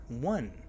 one